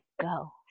Go